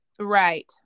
Right